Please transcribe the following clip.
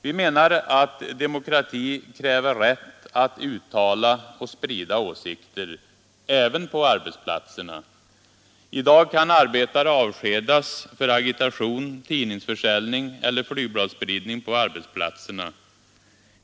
Vi menar att demokrati kräver rätt att uttala och sprida åsikter, även på arbetsplatserna. I dag kan arbetare avskedas för agitation, tidningsförsäljning eller flygbladsspridning på arbetsplatserna.